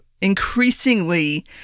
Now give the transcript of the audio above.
increasingly